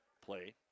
play